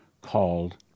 called